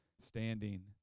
standing